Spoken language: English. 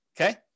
okay